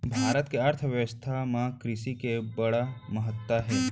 भारत के अर्थबेवस्था म कृसि के बड़ महत्ता हे